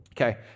Okay